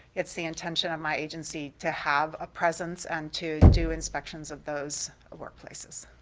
it's the intention of my agency to have a presence and to do inspections of those ah workplaces?